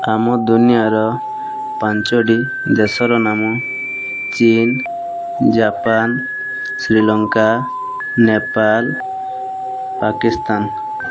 ଆମ ଦୁନିଆର ପାଞ୍ଚଟି ଦେଶର ନାମ ଚୀନ ଜାପାନ ଶ୍ରୀଲଙ୍କା ନେପାଲ ପାକିସ୍ତାନ